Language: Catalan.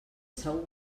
segur